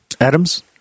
Adams